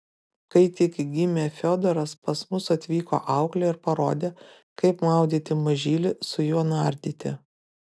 kai tik gimė fiodoras pas mus atvyko auklė ir parodė kaip maudyti mažylį su juo nardyti